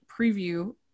preview